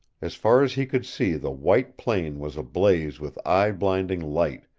as far as he could see the white plain was ablaze with eye-blinding light,